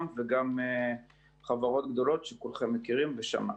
וגם חברות גדולות שכולכם מכירים משמעתם.